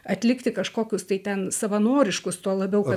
atlikti kažkokius tai ten savanoriškus tuo labiau kad